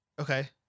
Okay